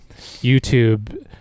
YouTube